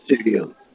studio